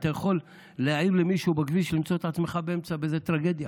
אתה יכול להעיר למישהו בכביש ולמצוא את עצמך באמצע טרגדיה,